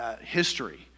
history